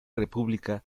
república